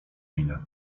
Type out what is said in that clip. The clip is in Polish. minę